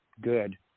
good